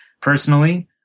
personally